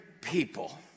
people